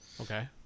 Okay